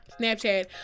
Snapchat